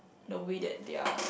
the way that they're